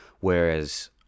whereas